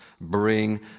bring